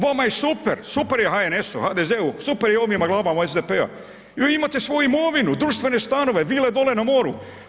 Vama je super, super je HNS-u, HDZ-u, super je ovim glavama u SDP-u, imate svoju imovinu, društvene stanove, vile dole na moru.